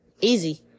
easy